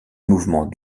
mouvement